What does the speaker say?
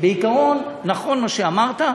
בעיקרון, נכון מה שאמרת,